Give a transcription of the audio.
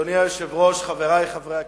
אדוני היושב-ראש, חברי חברי הכנסת,